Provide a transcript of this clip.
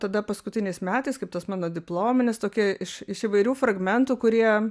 tada paskutiniais metais kaip tas mano diplominis tokie iš iš įvairių fragmentų kurie